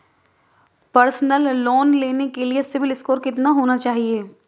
Personal loan लेने के लिए सिबिल स्कोर कितना होना चाहिए?